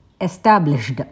established